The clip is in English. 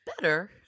better